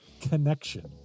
connection